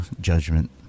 judgment